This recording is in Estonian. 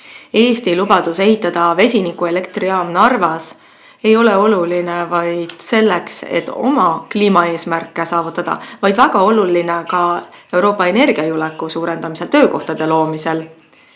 Eesti lubadus ehitada Narva vesinikuelektrijaam ei ole oluline vaid selleks, et oma kliimaeesmärke saavutada, vaid on väga oluline ka Euroopa energiajulgeoleku suurendamiseks, töökohtade loomiseks